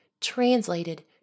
translated